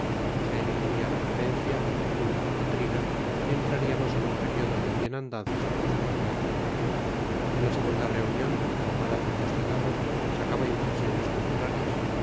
se elegiría la regencia una o trina y entraríamos en un periodo de bienandanzas y prosperidad de la segunda reunión ahumada por los cigarros sacaba impresiones contrarias